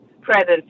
presence